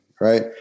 right